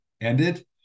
ended